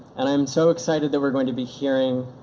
and i'm so excited that we're going to be hearing